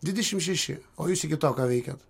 dvidešim šeši o jūs iki to ką veikėt